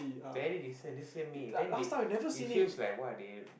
very recent this year may then they it feels like what they